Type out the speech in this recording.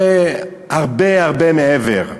זה הרבה-הרבה מעבר.